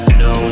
no